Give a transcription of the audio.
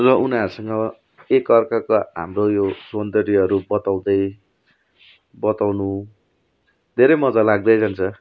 र उनीहरूसँग एक अर्काको हाम्रो यो सौन्दर्यहरू बताउँदै बताउनु धेरै मज्जा लाग्दै जान्छ